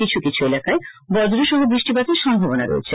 কিছু এলাকায় বজ্র সহ বৃষ্টিপাতের সম্ভাবনা রয়েছে